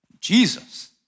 Jesus